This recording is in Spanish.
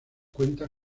cuenta